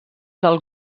del